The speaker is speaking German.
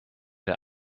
der